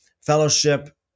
fellowship